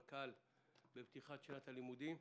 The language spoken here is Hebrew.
מנכ"ל בפתיחת שנת הלימודים.